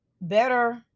better